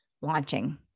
launching